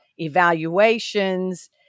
evaluations